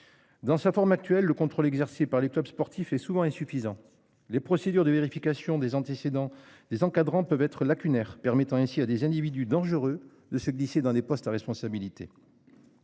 Dans sa forme actuelle le contrôle exercé par les clubs sportifs et souvent insuffisants les procédures de vérification des antécédents des encadrants peuvent être lacunaires, permettant ainsi à des individus dangereux de se glisser dans des postes à responsabilité.